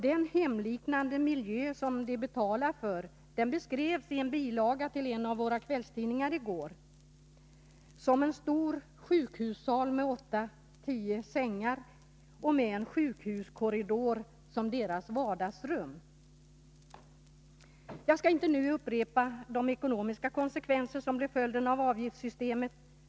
Den hemliknande miljö som de betalar för beskrevs i en bilaga till en av våra kvällstidningar i går som en stor sjukhussal med åtta eller tio sängar och med en sjukhuskorridor som vardagsrum. Systemet beskrevs i denna bilaga såsom en stor skam. Det vill jag gärna understryka. Jag skall inte nu upprepa de ekonomiska konsekvenser som blir följden av avgiftssystemet.